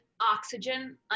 oxygen